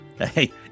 hey